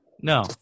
No